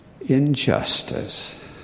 injustice